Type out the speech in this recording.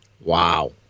Wow